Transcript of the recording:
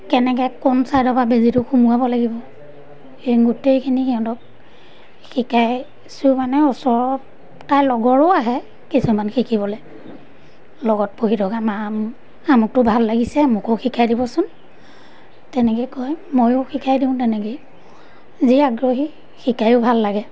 কেনেকৈ কোন চাইডৰপৰা বেজীটো সোমোৱাব লাগিব সেই গোটেইখিনি সিহঁতক শিকাইছোঁ মানে ওচৰত তাই লগৰো আহে কিছুমান শিকিবলৈ লগত পঢ়ি থকা মা আমুকটো ভাল লাগিছে মোকো শিকাই দিবচোন তেনেকৈ কয় ময়ো শিকাই দিওঁ তেনেকৈয়ে যি আগ্ৰহী শিকায়ো ভাল লাগে